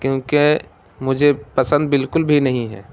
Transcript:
کیونکہ مجھے پسند بالکل بھی نہیں ہے